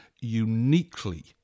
uniquely